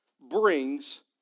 brings